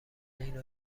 اینو